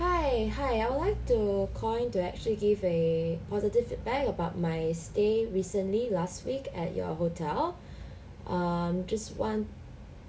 hi hi I would like to call in to actually give a positive feedback about my stay recently last week at your hotel um just want